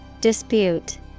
Dispute